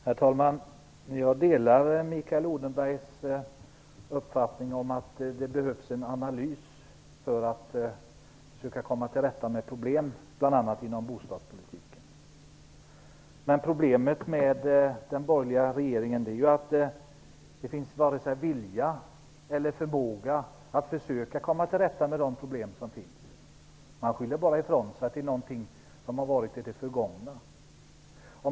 Herr talman! Jag delar Mikael Odenbergs uppfattning att det behövs en analys för att komma till rätta med problemen inom bl.a. bostadspolitiken. Men problemet med den borgerliga regeringen är ju att den har varken vilja eller förmåga att försöka komma till rätta med de problem som finns. Man slår bara ifrån sig och hänvisar till förhållanden i det förgångna.